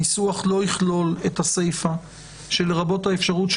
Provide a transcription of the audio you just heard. הניסוח לא יכלול את הסיפא לרבות האפשרות,